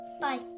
Bye